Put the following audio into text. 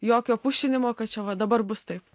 jokio pušinimo kad čia va dabar bus taip